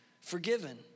forgiven